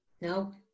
No